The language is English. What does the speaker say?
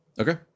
Okay